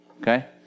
okay